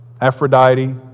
Aphrodite